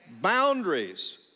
boundaries